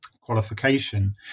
qualification